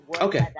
Okay